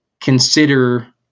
consider